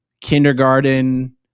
kindergarten